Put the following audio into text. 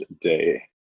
Day